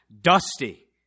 dusty